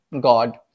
God